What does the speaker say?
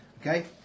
Okay